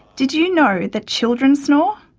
did you know that children snore?